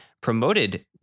promoted